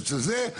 ואצל זה,